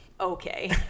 okay